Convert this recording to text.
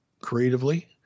creatively